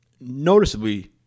noticeably